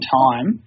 time